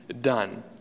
done